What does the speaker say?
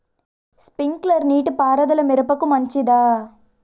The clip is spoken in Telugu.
స్ప్రింక్లర్ నీటిపారుదల మిరపకు మంచిదా?